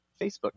Facebook